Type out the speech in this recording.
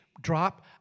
Drop